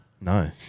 No